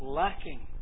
lacking